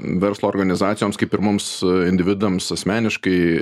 verslo organizacijoms kaip ir mums individams asmeniškai